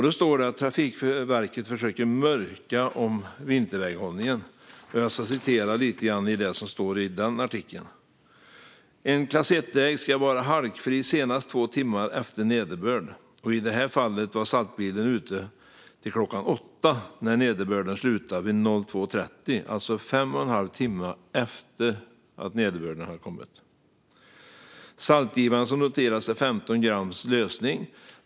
Där står det att Trafikverket försöker mörka om vinterväghållningen. Låt mig citera lite av det som står i artikeln: "En klass 1 väg ska vara halkfri senast 2 timmar efter nederbörd och i det här fallet var saltbilen ute till klockan 08.00 när nederbörden slutade vid 02.30. Alltså 5,5 timmar efter nederbörden. - Saltgivan som noterats är 15 gram lösning.